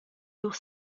lur